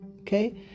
Okay